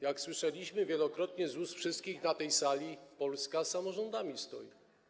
Jak słyszeliśmy wielokrotnie z ust wszystkich na tej sali, Polska samorządami stoi.